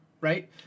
right